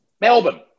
Melbourne